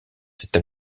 cette